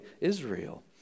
Israel